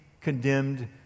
condemned